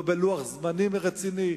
לא בלוח זמנים רציני,